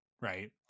Right